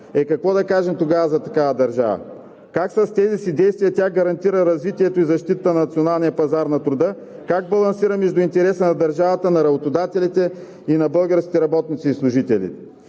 какво да кажем тогава за такава държава?! Как с тези си действия тя гарантира развитието и защитата на националния пазар на труда, как балансира между интереса на държавата, работодателите и българските работници и служители?